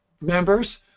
members